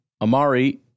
Amari